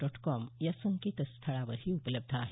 dot com या संकेतस्थळावरही उपलब्ध आहे